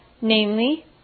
namely